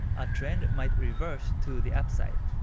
ah trend might reverse to the upside.